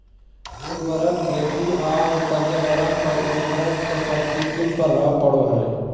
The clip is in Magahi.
उर्वरक खेती और पर्यावरण पर उर्वरक के प्रतिकूल प्रभाव पड़ो हइ